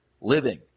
living